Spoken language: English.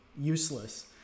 useless